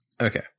Okay